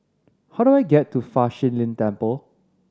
how do I get to Fa Shi Lin Temple